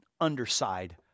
underside